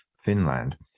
Finland